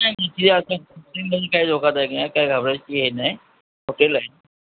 नाही नाही तिथे आता काय धोकादायक नाही काय घाबरायची हे नाही हॉटेल आहे